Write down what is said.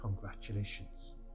Congratulations